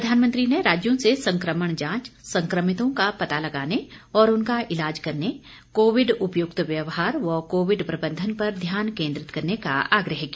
प्रधानमंत्री ने राज्यों से संक्रमण जांच संक्रमितों का पता लगाने और उनका इलाज करने कोविड उपयुक्त व्यवहार व कोविड प्रबंधन पर ध्यान केंद्रित करने का आग्रह किया